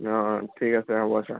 অঁ অঁ ঠিক আছে হ'ব চাৰ